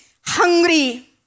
hungry